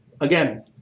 again